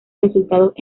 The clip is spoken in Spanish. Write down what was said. resultados